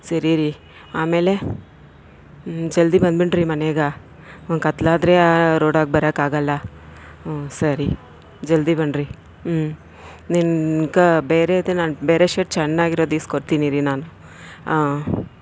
ಸರಿ ರೀ ಆಮೇಲೆ ಹ್ಞೂ ಜಲ್ದಿ ಬಂದ್ಬಿಡ್ರಿ ಮನೆಗ ಹ್ಞೂ ಕತ್ಲಾದ್ರೆ ಆ ರೋಡ್ಗೆ ಬರೋಕಾಗೂಲ್ಲ ಹ್ಞೂ ಸರಿ ಜಲ್ದಿ ಬನ್ರಿ ಹ್ಞೂ ನಿಮ್ಗ ಬೇರೆದೆ ನಾ ಬೇರೆ ಶರ್ಟ್ ಚೆನ್ನಾಗಿರೋದು ಇಸ್ಕೊಡ್ತೀನಿ ರೀ ನಾನು ಹಾಂ